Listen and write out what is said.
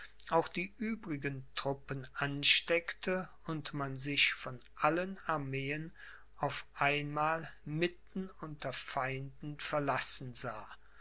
auch die übrigen truppen ansteckte und man sich von allen armeen auf einmal mitten unter feinden verlassen sah